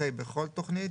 אחרי "בכל תכנית,